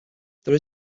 there